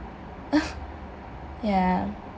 yah